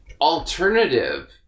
alternative